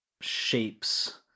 shapes